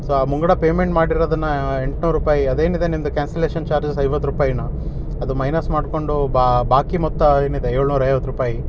so ಆ ಮುಂಗಡ payment ಮಾಡಿರೋದನ್ನ ಎಂಟ್ನೂರು ರೂಪಾಯಿ ಅದೇನಿದೆ ನಿಮ್ದು ಕ್ಯಾನ್ಸಲೇಷನ್ ಚಾರ್ಜಸ್ ಐವತ್ತು ರೂಪಾಯಿ ಏನೋ ಅದು ಮೈನಸ್ ಮಾಡಿಕೊಂಡು ಬಾಕಿ ಮೊತ್ತ ಏನಿದೆ ಏಳ್ನೂರೈವತ್ತು ರೂಪಾಯಿ